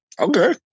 Okay